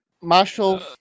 marshall